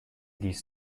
dies